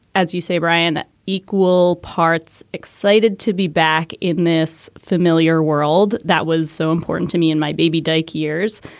as you say, brian, the equal parts excited to be back in this familiar world that was so important to me and my baby dich years.